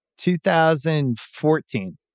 2014